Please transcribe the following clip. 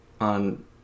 on